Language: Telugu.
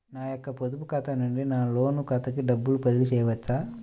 నా యొక్క పొదుపు ఖాతా నుండి నా లోన్ ఖాతాకి డబ్బులు బదిలీ చేయవచ్చా?